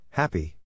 Happy